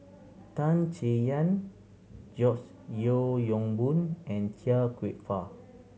Tan Chay Yan George Yeo Yong Boon and Chia Kwek Fah